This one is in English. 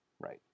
Right